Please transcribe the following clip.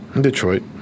Detroit